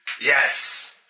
Yes